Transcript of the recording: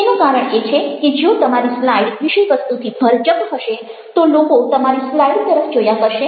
તેનું કારણ એ છે કે જો તમારી સ્લાઈડ વિષયવસ્તુથી ભરચક હશે તો લોકો તમારી સ્લાઈડ તરફ જોયા કરશે